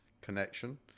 connection